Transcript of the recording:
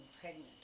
pregnant